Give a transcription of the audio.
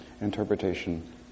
interpretation